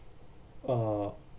uh